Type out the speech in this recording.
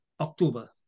October